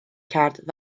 کرد